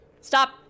Stop